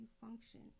function